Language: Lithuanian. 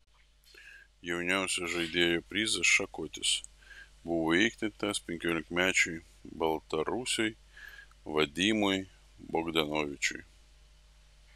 jauniausio žaidėjo prizas šakotis buvo įteiktas penkiolikmečiui baltarusiui vadimui bogdanovičiui